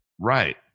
Right